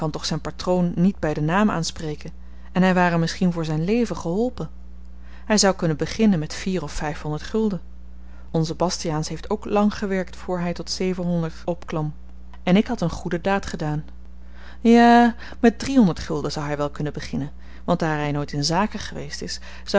toch zyn patroon niet by den naam aanspreken en hy ware misschien voor zyn leven geholpen hy zou kunnen beginnen met vier of vyfhonderd gulden onze bastiaans heeft ook lang gewerkt voor hy tot zevenhonderd opklom en ik had een goede daad gedaan ja met driehonderd gulden zou hy wel kunnen beginnen want daar hy nooit in zaken geweest is